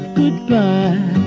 goodbye